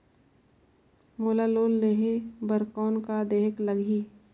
मोला लोन लेहे बर कौन का देहेक लगही?